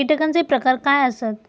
कीटकांचे प्रकार काय आसत?